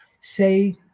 say